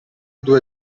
due